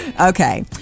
Okay